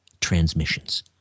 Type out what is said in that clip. transmissions